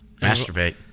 Masturbate